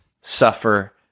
suffer